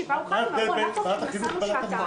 מה ההבדל בין ועדת החינוך לוועדת ---?